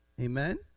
Amen